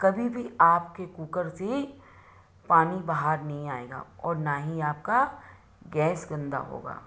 कभी भी आपके कुकर से पानी बाहर नहीं आएगा और ना ही आपका गैस गन्दा होगा